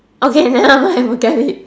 okay nevermind forget it